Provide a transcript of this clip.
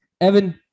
Evan